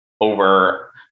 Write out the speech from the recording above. over